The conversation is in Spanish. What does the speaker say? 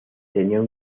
tenían